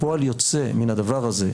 כפועל יוצא מן הדבר הזה,